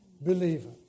believer